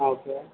ఆ ఓకే